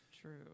true